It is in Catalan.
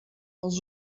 els